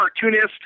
cartoonist